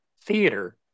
theater